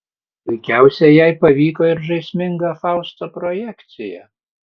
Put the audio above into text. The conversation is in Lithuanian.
puikiausiai jai pavyko ir žaisminga fausto projekcija